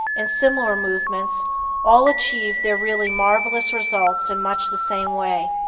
and similar movements all achieve their really marvelous results in much the same way.